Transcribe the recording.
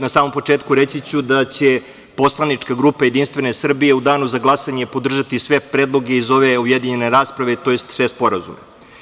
Na samom početku reći ću da će Poslanička grupa Jedinstvene Srbije u danu za glasanje podržati sve predloge iz ove objedinjene rasprave, tj. sve sporazume.